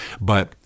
But-